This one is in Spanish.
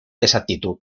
exactitud